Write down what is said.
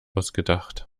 ausgedacht